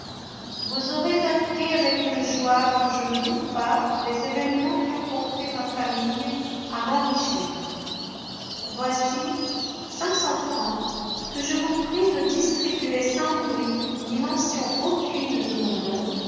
vous aurez appris avec une joie dont je ne doute pas les événements qui ont porté ma famille à m'enrichir voici cinq cents francs que je vous prie de distribuer sans bruit ni mention aucune de mon nom